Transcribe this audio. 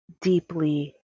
deeply